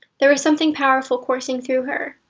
there was something powerful coursing through her.